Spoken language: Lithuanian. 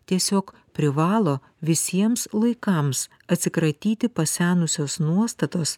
tiesiog privalo visiems laikams atsikratyti pasenusios nuostatos